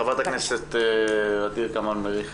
חברת הכנסת ע'דיר כמאל מריח.